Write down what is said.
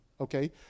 okay